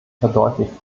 verdeutlicht